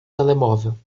telemóvel